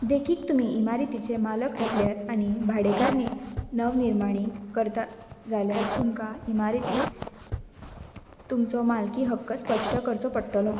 देखीक तुमी इमारतीचे मालक आसल्यार आनी भाडेकार नवनिर्मणी करता जाल्यार तुमकां इमारतींत तुमचो मालकी हक्क स्पश्ट करचो पडटलो